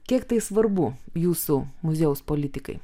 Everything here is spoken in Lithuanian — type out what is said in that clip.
kiek tai svarbu jūsų mužiejaus politikai